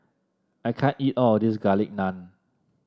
I can't eat all of this Garlic Naan